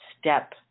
step